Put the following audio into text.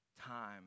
time